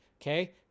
Okay